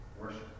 worship